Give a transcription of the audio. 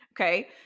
okay